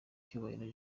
cyubahiro